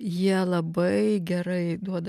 jie labai gerai duoda